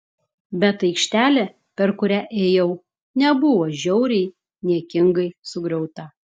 bet aikštelė per kurią ėjau nebuvo žiauriai niekingai sugriauta